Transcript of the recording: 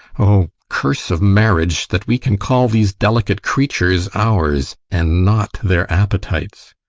o curse of marriage, that we can call these delicate creatures ours, and not their appetites!